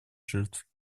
жертв